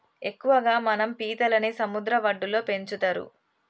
ఎక్కువగా మనం పీతలని సముద్ర వడ్డులో పెంచుతరు